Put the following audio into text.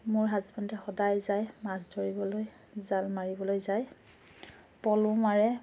মোৰ হাজবেণ্ডে সদায় যায় মাছ ধৰিবলৈ জাল মাৰিবলৈ যায় প'লো মাৰে